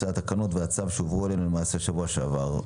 התקנות והצו שהובאו אלינו בשבוע שעבר.